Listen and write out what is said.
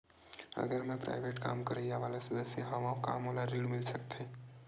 अगर मैं प्राइवेट काम करइया वाला सदस्य हावव का मोला ऋण मिल सकथे?